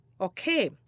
Okay